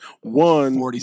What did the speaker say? one